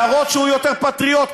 להראות שהוא יותר פטריוט,